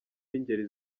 b’ingeri